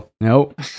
Nope